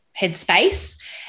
headspace